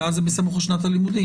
כי אז זה בסמוך לשנת הלימודים.